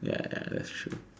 ya ya that's true